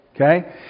Okay